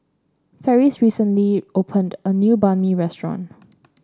Ferris recently opened a new Banh Mi restaurant